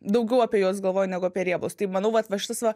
daugiau apie juos galvoju negu apie riebus tai manau va šitas va